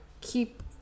keep